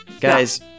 Guys